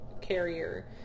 carrier